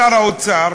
שר האוצר,